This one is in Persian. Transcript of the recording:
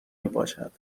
میباشد